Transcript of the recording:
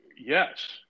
Yes